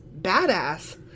badass